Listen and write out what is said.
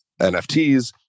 NFTs